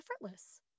effortless